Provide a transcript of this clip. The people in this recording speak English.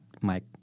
Mike